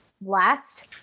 last